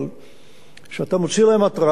שאתה מוציא להם התרעה עד ארבע שעות